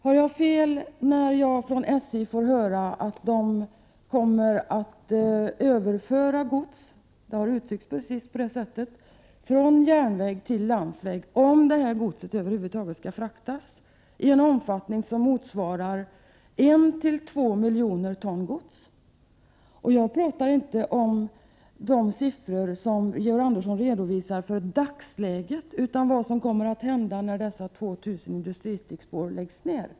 Har jag fel i fråga om att SJ kommer att överföra gods — det har uttryckts precis på det sättet — från järnväg till landsväg, om detta gods över huvud taget skall fraktas, i en omfattning som motsvarar en till två miljoner ton gods? Jag talar inte om de siffror som Georg Andersson redovisar för dagsläget, utan jag talar om vad som kommer att hända när dessa 2 000 industristickspår läggs ned.